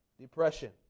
depression